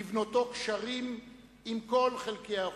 בבנותו גשרים עם כל חלקי האוכלוסייה.